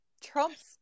Trump's